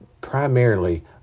primarily